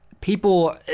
people